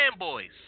fanboys